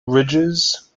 ridges